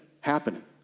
happening